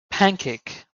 pancake